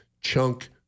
chunk